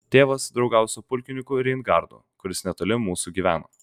tėvas draugavo su pulkininku reingardu kuris netoli mūsų gyveno